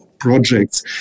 Projects